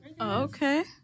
Okay